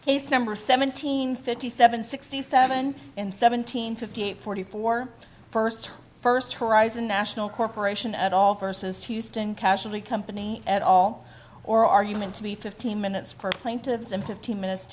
case number seventeen fifty seven sixty seven and seventeen fifty eight forty four first first horizon national corp at all versus houston casualty company at all or are you going to be fifteen minutes for plaintiffs in fifteen minutes